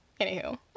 Anywho